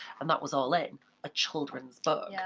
and that was all in a children's book. yeah.